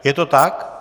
Je to tak?